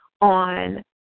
on